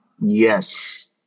yes